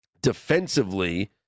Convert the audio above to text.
defensively